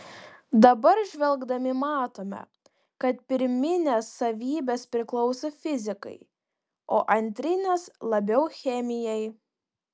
dabar žvelgdami matome kad pirminės savybės priklauso fizikai o antrinės labiau chemijai